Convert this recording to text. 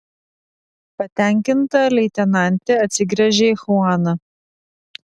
patenkinta leitenantė atsigręžė į chuaną